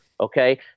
Okay